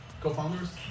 Co-founders